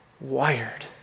wired